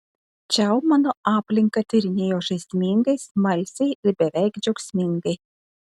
čiau mano aplinką tyrinėjo žaismingai smalsiai ir beveik džiaugsmingai